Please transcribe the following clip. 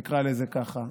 נקרא לזה כך,